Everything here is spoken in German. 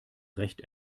recht